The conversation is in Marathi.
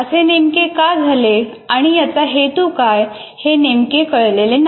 असे नेमके का झाले आणि याचा हेतू काय हे नेमके कळलेले नाही